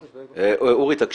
אוּרי, תקשיב,